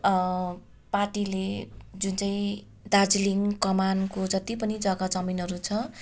पार्टीले जुन चाहिँ दार्जिलिङ कमानको जत्ति पनि जग्गा जमिनहरू छ